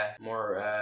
more